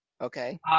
Okay